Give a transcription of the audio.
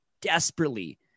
desperately